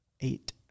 Eight